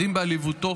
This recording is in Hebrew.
מדהים בעליבותו